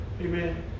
Amen